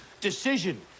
Decision